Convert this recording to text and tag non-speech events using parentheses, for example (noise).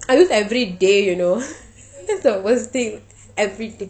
I use everyday you know (noise) that's the worst thing everyday